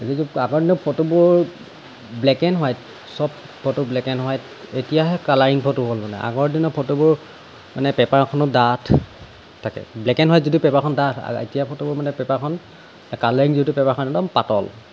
আগৰ দিনৰ ফটোবোৰ ব্লেক এণ্ড হোৱাইট চব ফটো ব্লেক এণ্ড হোৱাইট এতিয়াহে কালাৰিং ফটো হ'ল আগৰ দিনৰ ফটোবোৰ মানে পেপাৰখনো ডাঠ থাকে ব্লেক এণ্ড হোৱাইট যদিও পেপাৰখন ডাঠ এতিয়াৰ ফটোবোৰ মানে পেপাৰখন কালাৰিং যদিও পেপাৰখন একদম পাতল